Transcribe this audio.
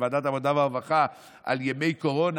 בוועדת העבודה והרווחה על ימי קורונה,